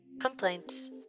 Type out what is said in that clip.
Complaints